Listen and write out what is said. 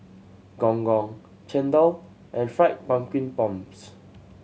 Gong Gong chendol and Fried Pumpkin Prawns